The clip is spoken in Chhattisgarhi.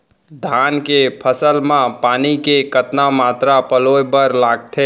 धान के फसल म पानी के कतना मात्रा पलोय बर लागथे?